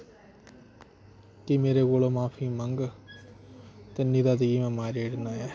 कि मेरे कोला माफी मंग्ग नेईं तां में तुगी मारी ओड़ना ऐ